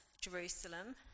Jerusalem